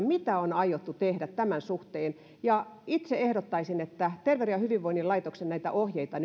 mitä on aiottu tehdä tämän suhteen itse ehdottaisin että terveyden ja hyvinvoinnin laitoksen ohjeita